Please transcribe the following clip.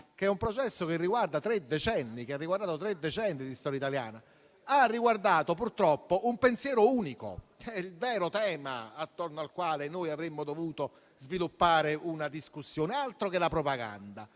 politica, che ha riguardato tre decenni di storia italiana. Ricordo che esso ha riguardato purtroppo un pensiero unico; il vero tema attorno al quale noi avremmo dovuto sviluppare una discussione, altro che la propaganda.